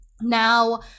Now